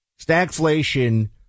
Stagflation